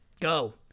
Go